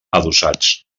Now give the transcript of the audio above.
adossats